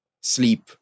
sleep